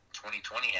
2020